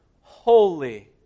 holy